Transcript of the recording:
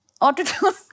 auto-tune